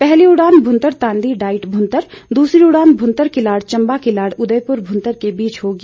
पहली उड़ान भूंतर तांदी डाईट भूंतर दूसरी उड़ान भूंतर किलाड़ चंबा किलाड़ उदयपुर भूंतर के बीच होगी